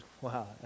wow